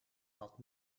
had